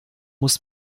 muss